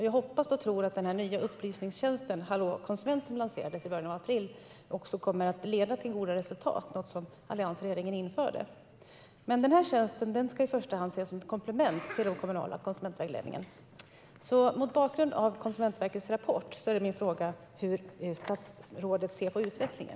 Jag hoppas och tror att den nya upplysningstjänsten, Hallå konsument, som alliansregeringen införde och som lanserades i början av april också kommer att leda till goda resultat. Denna tjänst ska dock i första hand ses som ett komplement till den kommunala konsumentvägledningen. Mot bakgrund av Konsumentverkets rapport är min fråga: Hur ser statsrådet på utvecklingen.